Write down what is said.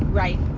right